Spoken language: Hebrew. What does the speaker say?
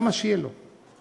למה שיהיה לו?